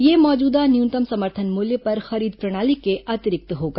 यह मौजूदा न्यूनतम समर्थन मूल्य पर खरीद प्रणाली के अतिरिक्त होगा